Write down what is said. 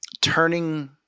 turning